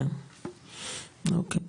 אוקי,